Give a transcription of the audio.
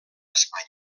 espanya